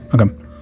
Okay